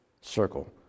circle